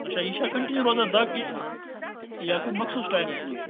اچھا یہِ چھا کَنٛٹِنیو روزان دَگ کِنہٕ یا کُنہِ مخصوٗص ٹایِمَس منٛز